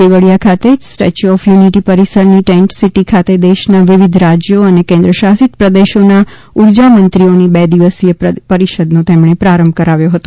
કેવડીયા ખાતે statue of unity પરિસરની tent city ખાતે દેશના વિવિધ રાજયો અને કેન્દ્રશાસિત પ્રદેશોના ઉર્જામંત્રીઓની બે દિવસીય પરિષદનો પ્રારંભ કરાવ્યો હતો